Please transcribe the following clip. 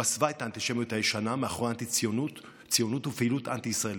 מסווה את האנטישמיות הישנה מאחורי האנטי-ציונות ופעילות אנטי-ישראלית,